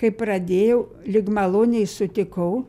kai pradėjau lyg maloniai sutikau